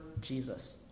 Jesus